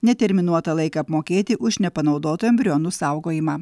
neterminuotą laiką apmokėti už nepanaudotų embrionų saugojimą